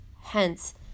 hence